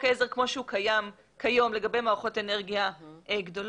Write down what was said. חוק העזר כפי שהוא קיים כיום לגבי מערכות אנרגיה גדולות,